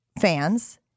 fans